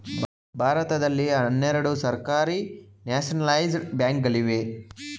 ಭಾರತದಲ್ಲಿ ಹನ್ನೆರಡು ಸರ್ಕಾರಿ ನ್ಯಾಷನಲೈಜಡ ಬ್ಯಾಂಕ್ ಗಳಿವೆ